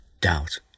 doubt